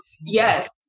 yes